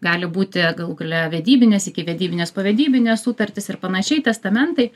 gali būti galų gale vedybinės ikivedybinės povedybinės sutartys ir panašiai testamentai